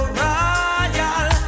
royal